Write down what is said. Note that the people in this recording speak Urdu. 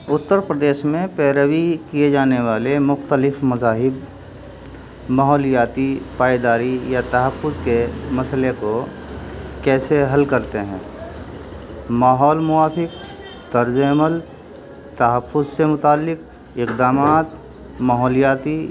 اتر پردیش میں پیروی کیے جانے والے مختلف مذاہب ماحولیاتی پائیداری یا تحفظ کے مسئلے کو کیسے حل کرتے ہیں ماحول موافق طرز عمل تحفظ سے متعلق اقدامات ماحولیاتی یا